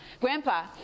grandpa